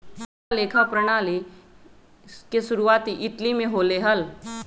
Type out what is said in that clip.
दोहरा लेखा प्रणाली के शुरुआती इटली में होले हल